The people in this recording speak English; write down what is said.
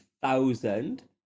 thousand